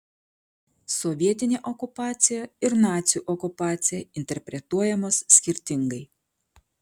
sovietinė okupacija ir nacių okupacija interpretuojamos skirtingai